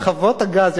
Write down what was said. חוות הגז,